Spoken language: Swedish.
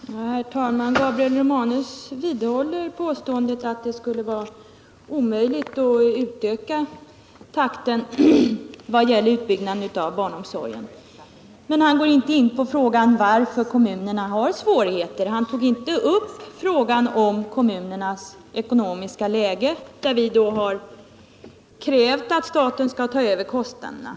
Herr talman! Gabriel Romanus vidhåller att det skulle vara omöjligt att öka takten i utbyggnaden av barnomsorgen, men han går inte in på varför kommunerna har svårigheter. Han tog inte upp frågan om kommunernas ekonomiska läge. Vi har krävt att staten skall överta ansvaret för daghemskostnaderna.